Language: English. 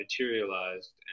materialized